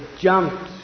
jumped